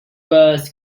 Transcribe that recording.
was